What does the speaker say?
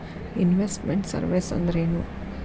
Invest made services ಅಂದ್ರೇನು?